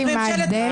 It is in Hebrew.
מה ההבדל?